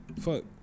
fuck